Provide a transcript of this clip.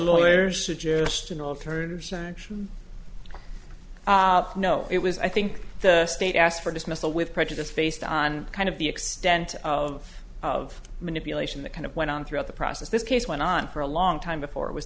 lawyers suggest an alternative sanction no it was i think the state asked for dismissal with prejudice based on kind of the extent of of manipulation that kind of went on throughout the process this case went on for a long time before it was